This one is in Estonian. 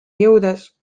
jõudes